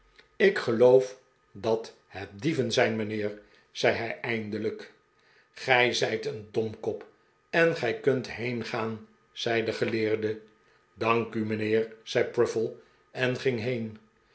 ik geloof dat het dieven zijn mijnheer zei hij eindelijk gij zijt een domkop en gij kunt heengaan zei de geleerde dank u mijnheer zei pruffle en ging he